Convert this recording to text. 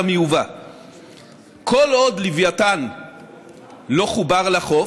כל עוד לווייתן לא חובר לחוף,